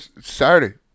Saturday